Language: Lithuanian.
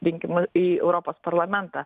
rinkimų į europos parlamentą